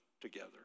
together